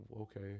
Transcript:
okay